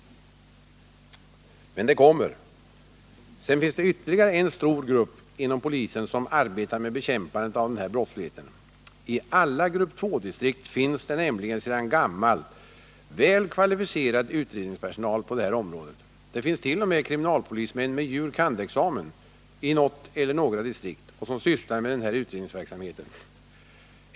Men det kommer. Sedan finns det ytterligare en stor grupp inom polisen som arbetar med bekämpandet av den här brottsligheten. I alla grupp II-distrikt finns det nämligen sedan gammalt väl kvalificerad utredningspersonal på detta område. Det finns t.o.m. i något eller några distrikt kriminalpolismän med juris kandidat-examen som sysslar med den här utredningsverksamheten.